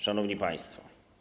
Szanowni Państwo!